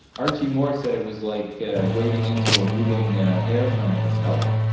archie moore said it was like wading into a moving airplane propeller.